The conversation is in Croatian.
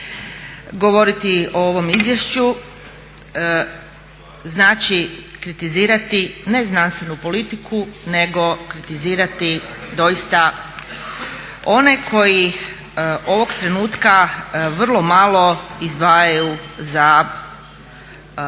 Govoriti o ovom izvješću znači kritizirati ne znanstvenu politiku nego kritizirati doista one koji ovog trenutka vrlo malo izdvajaju za samu